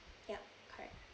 ya correct